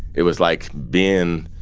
it was like being,